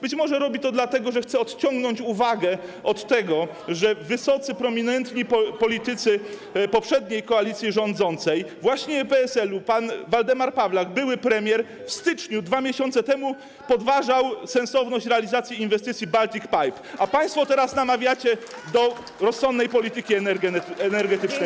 Być może robi to dlatego, że chce odciągnąć uwagę od tego, że wysocy, prominentni politycy poprzedniej koalicji rządzącej, właśnie PSL-u, że pan Waldemar Pawlak, były premier, w styczniu, 2 miesiące temu, podważał sensowność realizacji inwestycji Baltic Pipe, a państwo teraz namawiacie do rozsądnej polityki energetycznej.